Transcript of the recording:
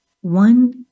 One